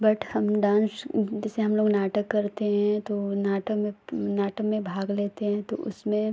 but हम dance जैसे हम लोग नाटक करते हैं तो नाटक में नाटक में भाग लेते हैं तो उसमें